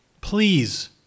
Please